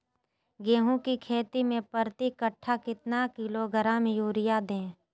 गेंहू की खेती में प्रति कट्ठा कितना किलोग्राम युरिया दे?